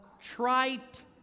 trite